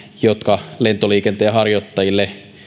jotka lentoliikenteen harjoittajat